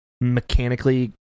mechanically